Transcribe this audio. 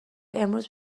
امروز